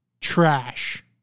trash